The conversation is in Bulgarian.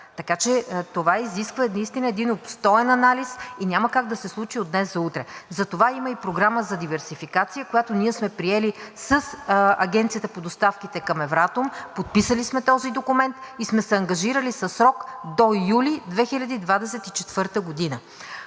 Това изисква единствено един обстоен анализ и няма как да се случи от днес за утре. Затова има и Програма да диверсификация, която ние сме приели с Агенцията по доставките към Евратом, подписали сме този документ и сме се ангажирали със срок до юли 2024 г.